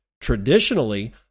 Traditionally